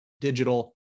digital